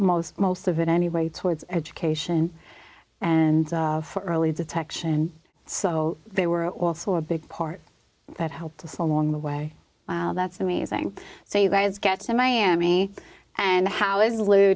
most most of it anyway towards education and for early detection so they were also a big part that helped us along the way that's amazing so you guys get to miami and how is lou